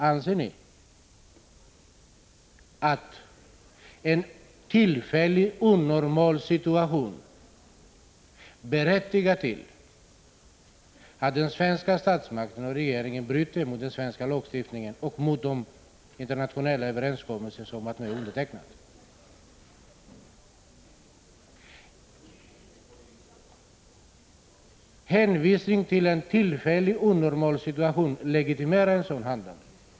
Anser ni att en tillfällig, onormal situation berättigar den svenska statsmakten och regeringen att bryta mot svensk lagstiftning och mot de internationella överenskommelser som man har undertecknat? Legitimerar hänvisningen till en tillfällig, onormal situation ett sådant handlande?